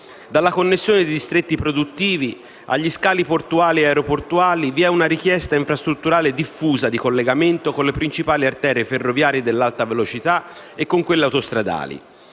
Dalla connessione dei distretti produttivi agli scali portuali e aeroportuali vi è una richiesta infrastrutturale diffusa di collegamento con le principali arterie ferroviarie dell'Alta Velocità e con quelle autostradali.